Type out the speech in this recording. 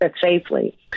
safely